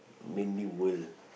in the world